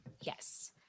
Yes